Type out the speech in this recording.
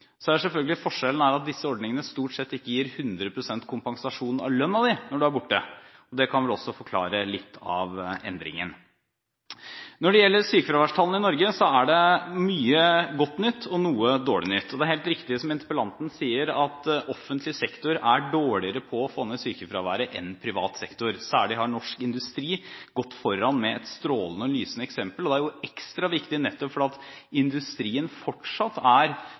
Forskjellen er selvfølgelig at disse ordningene stort sett ikke gir deg 100 pst. lønnskompensasjon når du er borte. Det kan vel også forklare litt av endringen. Når det gjelder sykefraværstallene i Norge, er det mye godt nytt og noe dårlig nytt. Det er helt riktig som interpellanten sier, at offentlig sektor er dårligere på å få ned sykefraværet enn privat sektor. Særlig har norsk industri gått foran med et strålende – lysende – eksempel. Det er ekstra viktig nettopp fordi industrien fortsatt er